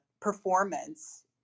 performance